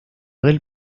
del